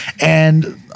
And-